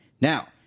Now